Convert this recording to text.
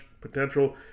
potential